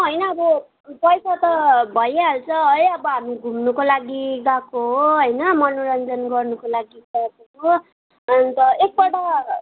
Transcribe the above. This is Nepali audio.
होइन अब पैसा त भइहाल्छ है अब हामी घुम्नुको लागि गएको हो होइन मनोरन्जन गर्नुको लागि गएको हो अन्त एक पल्ट